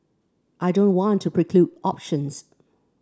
I don't want to preclude options